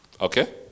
Okay